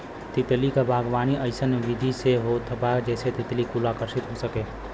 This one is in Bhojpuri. तितली क बागवानी अइसन विधि से होत बा जेसे तितली कुल आकर्षित हो सके